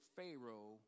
Pharaoh